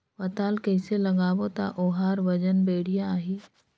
पातल कइसे लगाबो ता ओहार वजन बेडिया आही?